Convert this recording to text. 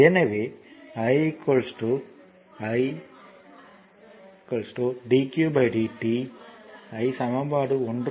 எனவே i dq dt i dq dt ஐ சமன்பாடு 1